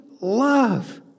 love